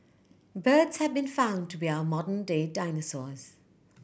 birds have been found to be our modern day dinosaurs